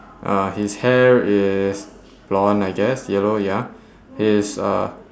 uh his hair is blonde I guess yellow ya he's uh